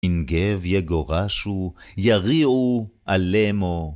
אין גב יגורשו, יריעו עליהמו.